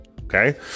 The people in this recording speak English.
okay